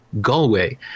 Galway